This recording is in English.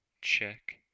check